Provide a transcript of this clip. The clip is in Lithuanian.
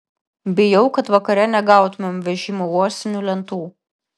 bijau kad vakare negautumėm vežimo uosinių lentų